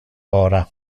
ora